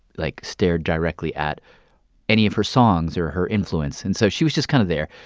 like, stared directly at any of her songs or her influence. and so she was just kind of there.